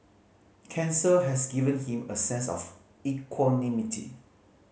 cancer has given him a sense of equanimity